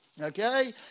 okay